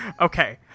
Okay